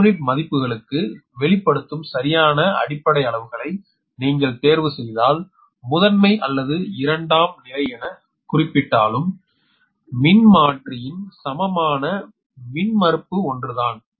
ஒரு யூனிட் மதிப்புகளுக்கு வெளிப்படுத்தும் சரியான அடிப்படை அளவுகளை நீங்கள் தேர்வுசெய்தால் முதன்மை அல்லது இரண்டாம் நிலை என குறிப்பிடப்பட்டாலும் மின்மாற்றியின் சமமான மின்மறுப்பு ஒன்றுதான்